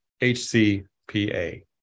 HCPA